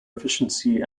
efficiency